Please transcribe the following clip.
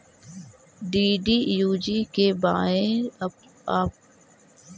DDUGKY आपपने के आगे बढ़े के मौका देतवऽ हइ